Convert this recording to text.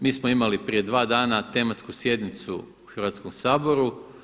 Mi smo imali prije dva dana tematsku sjednicu u Hrvatskom saboru.